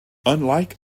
unlike